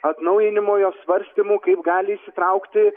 atnaujinimo jo svarstymu kaip gali įsitraukti